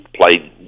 Played